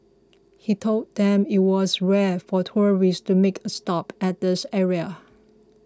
he told them it was rare for tourists to make a stop at this area